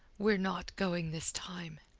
we're not going this time.